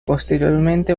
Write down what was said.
posteriormente